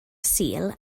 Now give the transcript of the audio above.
sul